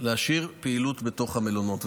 להשאיר פעילות בתוך המלונות.